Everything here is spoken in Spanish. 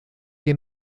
que